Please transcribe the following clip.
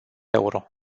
euro